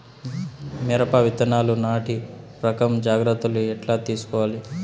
మిరప విత్తనాలు నాటి రకం జాగ్రత్తలు ఎట్లా తీసుకోవాలి?